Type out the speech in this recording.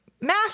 math